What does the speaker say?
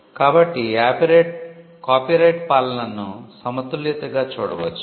కాబట్టి కాపీరైట్ పాలనను సమతుల్యతగా చూడవచ్చు